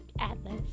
Atlas